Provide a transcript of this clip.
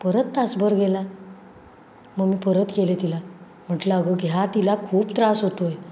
परत तासभर गेला मग मी परत केले तिला म्हटलं अगं घ्या तिला खूप त्रास होतो आहे